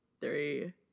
three